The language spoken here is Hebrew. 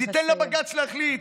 ניתן לבג"ץ להחליט.